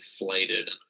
inflated